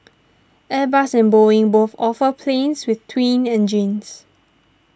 Airbus and Boeing both offer planes with twin engines